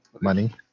Money